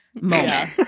moment